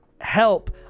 help